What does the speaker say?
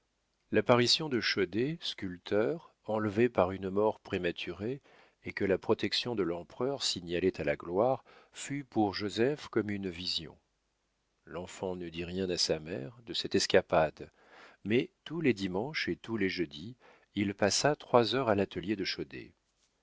l'apparition de chaudet sculpteur enlevé par une mort prématurée et que la protection de l'empereur signalait à la gloire fut pour joseph comme une vision l'enfant ne dit rien à sa mère de cette escapade mais tous les dimanches et tous les jeudis il passa trois heures à l'atelier de chaudet